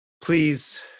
please